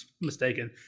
mistaken